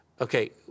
okay